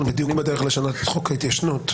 אנחנו בדיוק בדרך לשנות את חוק ההתיישנות.